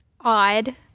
odd